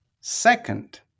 Second